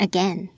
Again